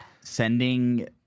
sending—